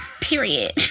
Period